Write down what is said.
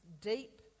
deep